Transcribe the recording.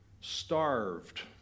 starved